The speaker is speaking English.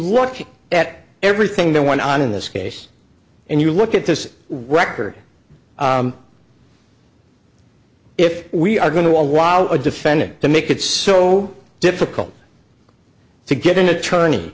look at everything that went on in this case and you look at this record if we are going to a while a defendant to make it so difficult to get an attorney